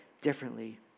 differently